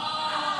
או.